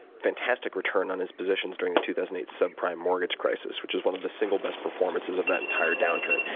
fantastic return on his positions during the two thousand and eight subprime mortgage crisis, which is one of the single best performances of that entire downturn.